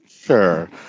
Sure